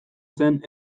zen